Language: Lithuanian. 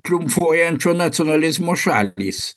triumfuojančio nacionalizmo šalys